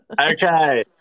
okay